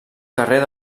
carrer